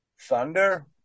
thunder